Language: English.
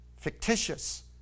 fictitious